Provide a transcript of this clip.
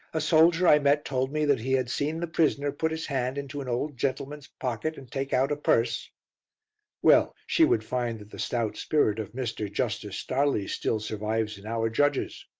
a soldier i met told me that he had seen the prisoner put his hand into an old gentleman's pocket and take out a purse well, she would find that the stout spirit of mr. justice stareleigh still survives in our judges.